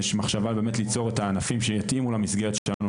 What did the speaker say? יש מחשבה באמת ליצור את הענפים שיתאימו למסגרת שלנו